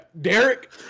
Derek